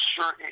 sure